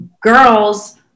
girls